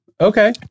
Okay